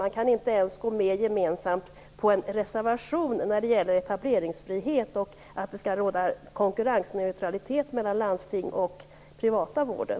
De kan inte ens gå med på en gemensam reservation om etableringsfrihet och att det skall råda konkurrensneutralitet mellan landstingen och den privata vården.